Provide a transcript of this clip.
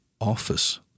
office